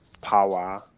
power